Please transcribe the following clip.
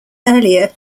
earlier